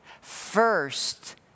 first